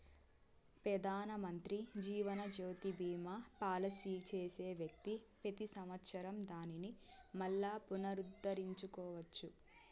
పెదానమంత్రి జీవనజ్యోతి బీమా పాలసీ చేసే వ్యక్తి పెతి సంవత్సరం దానిని మల్లా పునరుద్దరించుకోవచ్చు